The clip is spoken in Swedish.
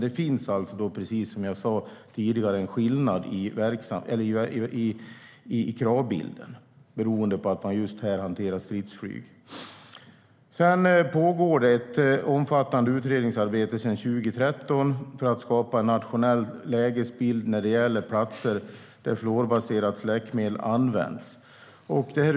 Det finns dock, precis som jag sa tidigare, en skillnad i kravbilden beroende på att man hanterar stridsflyg. Sedan 2013 pågår ett omfattande utredningsarbete för att skapa en nationell lägesbild när det gäller platser där fluorbaserat släckmedel använts.